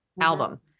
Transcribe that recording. album